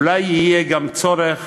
אולי יהיה גם צורך